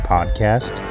Podcast